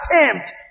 attempt